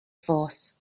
force